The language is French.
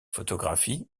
photographies